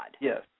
Yes